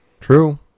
True